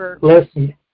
listen